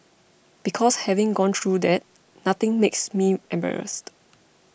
because having gone through that nothing makes me embarrassed